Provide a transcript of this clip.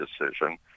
decision